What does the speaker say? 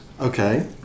Okay